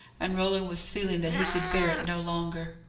and roland was feeling that he could bear it no longer.